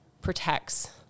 protects